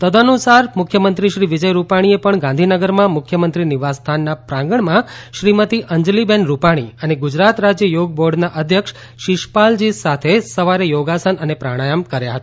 તદનુસાર મુખ્યમંત્રીશ્રી વિજય રૂપાણીએ પણ ગાંધીનગરમાં મુખ્યમંત્રી નિવાસ સ્થાનના પ્રાંગણમાં શ્રીમતી અંજલિબહેન રૂપાણી અને ગુજરાત રાજ્ય યોગ બોર્ડના અધ્યક્ષ શિષપાલજી સાથે સવારે યૌગિક ક્રિયાઓ અને આસનો કર્યા હતા